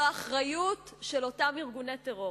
זו אחריות של אותם ארגוני טרור,